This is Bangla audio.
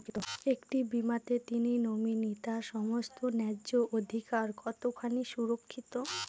একটি বীমাতে যিনি নমিনি তার সমস্ত ন্যায্য অধিকার কতখানি সুরক্ষিত?